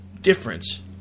difference